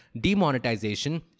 demonetization